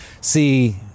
see